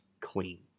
clean